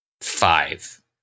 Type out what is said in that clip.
Five